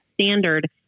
standard